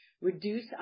reduce